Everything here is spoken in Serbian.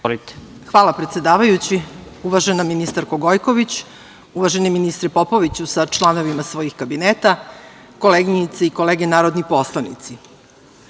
Hvala predsedavajući. Uvažena ministarko Gojković, uvaženi ministre Popoviću sa članovima svojih kabineta, koleginice i kolege narodni poslanici,